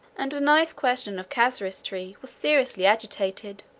and a nice question of casuistry was seriously agitated,